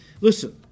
Listen